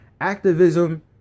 Activism